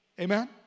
Amen